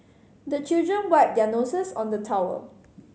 the children wipe their noses on the towel